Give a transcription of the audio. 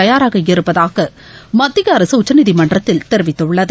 தயாராக இருப்பதாக மத்திய அரசு உச்சநீதிமன்றத்தில் தெரிவித்துள்ளது